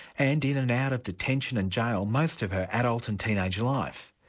and in and out of detention and jail most of her adult and teenage life.